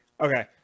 Okay